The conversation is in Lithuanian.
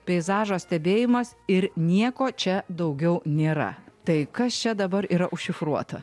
peizažo stebėjimas ir nieko čia daugiau nėra tai kas čia dabar yra užšifruota